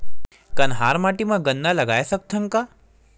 कन्हार माटी म गन्ना लगय सकथ न का?